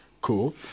Cool